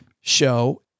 show